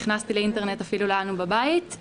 נכנסתי לאינטרנט אפילו שלא היה לנו בבית.